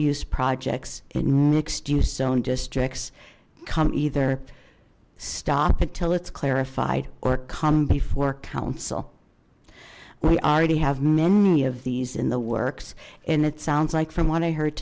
use projects in mixed use zone districts come either stop until it's clarified or come before council we already have many of these in the works and it sounds like from what i heard